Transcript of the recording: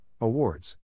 Awards